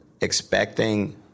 expecting